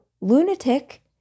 lunatic